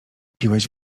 piłeś